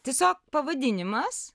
tiesiog pavadinimas